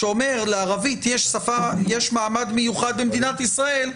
שאומר שלערבית יש מעמד מיוחד במדינת ישראל,